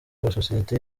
amasosiyete